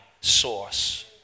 source